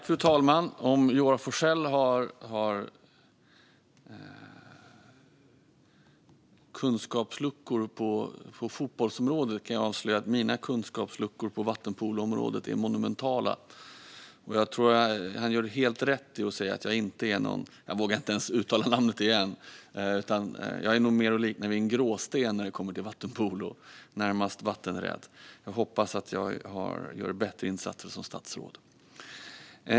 Fru talman! Om Joar Forssell har kunskapsluckor på fotbollsområdet kan jag avslöja att mina kunskapsluckor på vattenpoloområdet är monumentala. Jag tror att han gör helt rätt i att säga att jag inte är någon . jag vågar inte ens uttala namnet igen. Jag är nog mer att likna vid en gråsten när det kommer till vattenpolo - närmast vattenrädd. Jag hoppas att jag gör bättre insatser som statsråd.